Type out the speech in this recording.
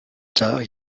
tard